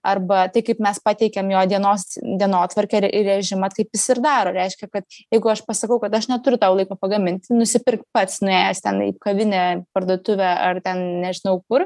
arba tai kaip mes pateikiam jo dienos dienotvarkę ir režimą taip jis ir daro reiškia kad jeigu aš pasakau kad aš neturiu tau laiko pagaminti nusipirk pats nuėjęs ten į kavinę parduotuvę ar ten nežinau kur